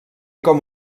com